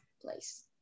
place